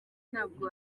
ntabwo